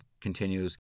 continues